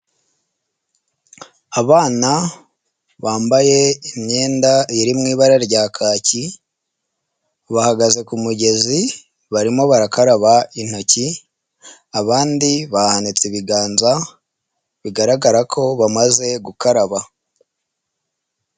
Abana bambaye imyenda iri mu ibara rya kaki bahagaze ku mugezi barimo barakaraba intoki, abandi bahanitse ibiganza bigaragara ko bamaze gukaraba.